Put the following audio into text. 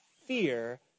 fear